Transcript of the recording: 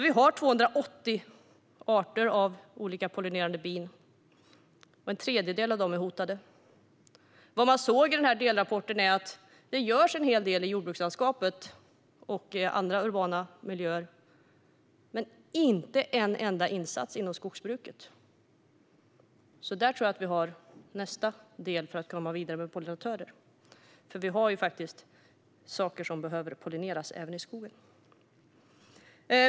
Vi har 280 arter av olika pollinerande bin, och en tredjedel av dem är hotade. Vad man såg i delrapporten var att det görs en hel del i jordbrukslandskapet och andra urbana miljöer. Men det görs inte en enda insats inom skogsbruket. Där tror jag att vi har nästa del för att komma vidare med pollinatörer. Vi har saker som behöver pollineras även i skogen.